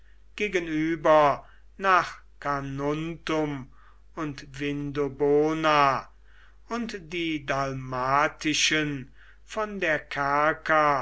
gegenüber nach carnuntum und vindobona und die dalmatischen von der kerka